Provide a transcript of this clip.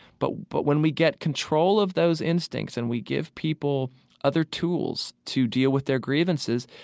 but but when we get control of those instincts and we give people other tools to deal with their grievances,